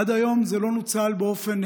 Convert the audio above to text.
עד היום זה לא נוצל באופן,